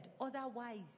otherwise